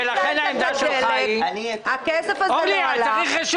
אם לא ניצלת את הדלק הכסף הזה לא הלך.